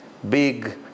big